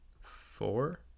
four